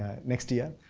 next year.